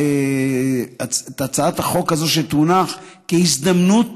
את הצעת החוק הזאת שתונח כהזדמנות